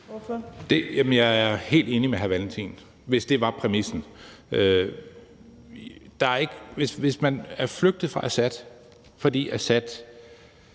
jeg er helt enig med hr. Carl Valentin – hvis det var præmissen. Hvis man er flygtet fra Assad, fordi Assad